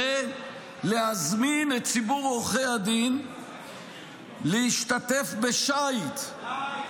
להזמין את ציבור עורכי הדין להשתתף בשיט -- די,